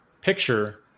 picture